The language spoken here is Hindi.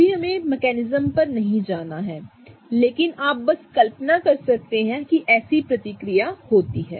अभी हमें मकैनिजम पर नहीं जाना है लेकिन आप बस कल्पना कर सकते हैं कि ऐसी प्रतिक्रिया होती है